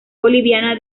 boliviana